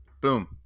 boom